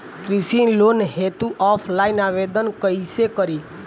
कृषि लोन हेतू ऑफलाइन आवेदन कइसे करि?